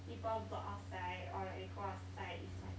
people go outside or like we go outside is like